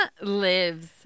lives